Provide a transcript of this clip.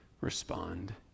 respond